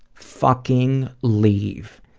fucking leave.